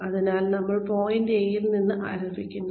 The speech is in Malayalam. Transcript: അതിനാൽ നമ്മൾ പോയിന്റ് എ യിൽ നിന്ന് ആരംഭിക്കുന്നു